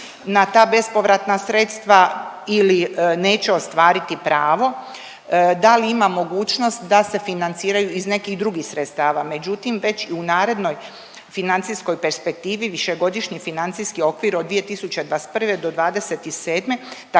na ta bespovratna sredstva ili neće ostvariti pravo, da li ima mogućnost da se financiraju iz nekih drugih sredstava, međutim, već i u narednoj financijskoj perspektivi, Višegodišnji financijski okvir 2021.-'27.